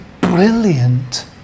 brilliant